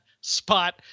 spot